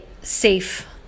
safe